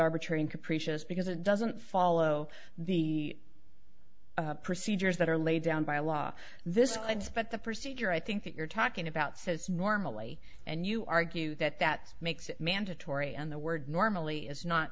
arbitrary and capricious because it doesn't follow the procedures that are laid down by law this means but the procedure i think that you're talking about says normally and you argue that that makes it mandatory and the word normally is not